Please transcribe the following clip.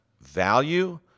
value